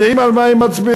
יודעים על מה הם מצביעים,